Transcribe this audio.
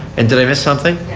and did i miss something?